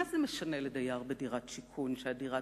מה זה משנה לדייר בדירת שיכון שהדירה